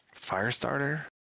Firestarter